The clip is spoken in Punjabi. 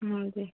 ਹਾਂਜੀ